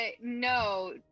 no